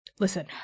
Listen